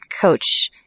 coach